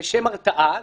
לשם הרתעה.